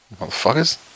Motherfuckers